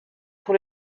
pour